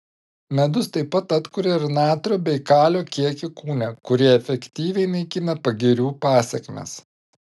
medus taip pat atkuria ir natrio bei kalio kiekį kūne kurie efektyviai naikina pagirių pasekmes